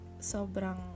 sobrang